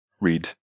read